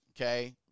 okay